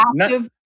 active